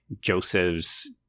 Joseph's